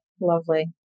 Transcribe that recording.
Lovely